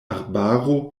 arbaro